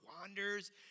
wanders